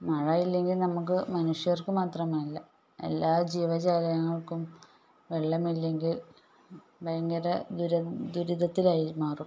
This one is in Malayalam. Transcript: മഴയില്ലെങ്കിൽ നമുക്ക് മനുഷ്യർക്ക് മാത്രമല്ല എല്ലാ ജീവജാലങ്ങൾക്കും വെള്ളമില്ലെങ്കിൽ ഭയങ്കര ദുരിതത്തിലായി മാറും